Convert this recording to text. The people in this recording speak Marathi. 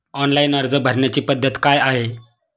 ऑनलाइन अर्ज भरण्याची पद्धत काय आहे?